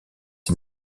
est